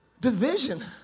division